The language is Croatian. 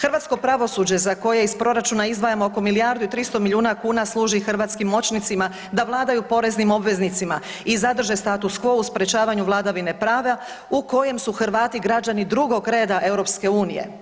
Hrvatsko pravosuđe koje iz proračuna izdvajamo milijardu i 300 milijuna kuna služi hrvatskim moćnicima da vladaju poreznim obveznicima i zadrže status quo u sprječavanju vladavine prava u kojem su Hrvati građani drugog reda EU.